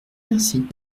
remercie